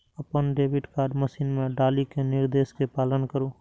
अपन debit card machine मे डालि कें निर्देश के पालन करु